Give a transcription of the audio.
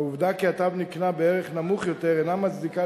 העובדה כי התו נקנה בערך נמוך יותר אינה מצדיקה,